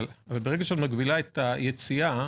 אבל ברגע שאת מגבילה את היציאה,